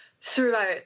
throughout